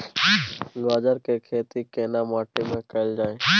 गाजर के खेती केना माटी में कैल जाए?